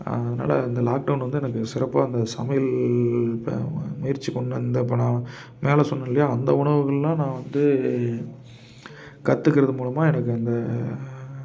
அதனால் இந்த லாக்டவுன் வந்து எனக்கு சிறப்பாக அந்த சமையல் இப்போ முயற்சி பண்ண இந்த இப்போ நான் மேலே சொன்னேன் இல்லையா அந்த உணவுகள்லாம் நான் வந்து கற்றுக்கிறது மூலமாக எனக்கு அந்த